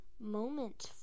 Moment